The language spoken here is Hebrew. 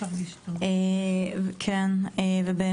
רק